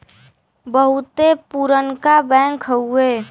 बहुते पुरनका बैंक हउए